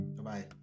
bye